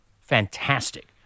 fantastic